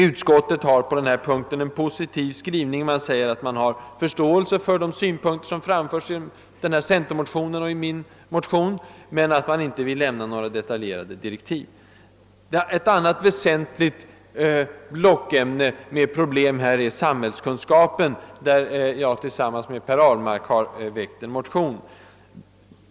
Utskottet har på denna punkt en positiv skrivning; man säger sig ha förståelse för de synpunkter som framförts i centermotionerna och i min motion, men man vill inte lämna några detaljerade direktiv. Ett annat betydelsefullt blockämne med problem är samhällskunskapen, som jag tillsammans med herr Ahlmark har tagit upp i en motion.